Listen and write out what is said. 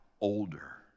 older